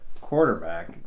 quarterback